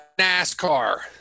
NASCAR